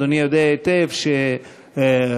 אדוני יודע היטב שהתקנון,